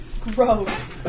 gross